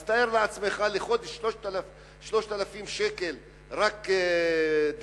אז תאר לעצמך, לחודש 3,000 שקל רק דלק.